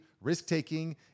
risk-taking